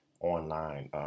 online